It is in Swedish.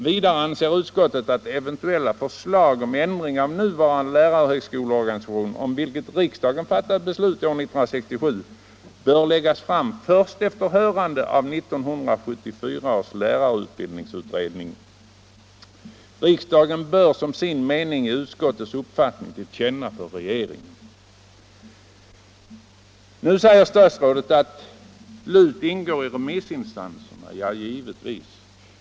Vidare anser utskottet att eventuella förslag om ändring av nuvarande lärarhögskoleorganisation —- om vilken riksdagen fattat beslut år 1967 — bör läggas fram först efter hörande av 1974 års lärarutbildningsutredning . Riksdagen bör som sin mening ge utskottets uppfattning till känna för regeringen.” Nu säger statsrådet att LUT tillhör remissinstanserna. Ja, givetvis.